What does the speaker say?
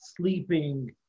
sleeping